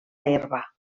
herba